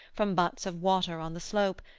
from butts of water on the slope,